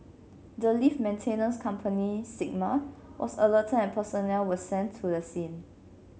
the lift maintenance company Sigma was alerted and personnel were sent to the scene